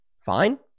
Fine